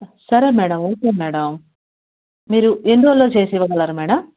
సరే madam okay madam మీరు ఎన్ని రోజులలో చేసి ఇవ్వగలరు మ్యాడమ్